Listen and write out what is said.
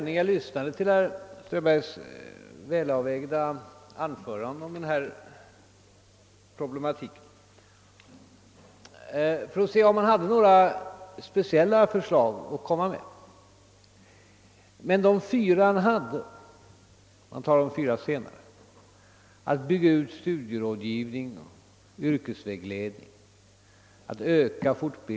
När väljer eleverna?